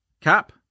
Cap